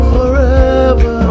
Forever